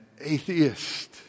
atheist